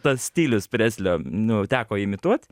tas stilius preslio nu teko imituot